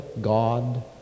God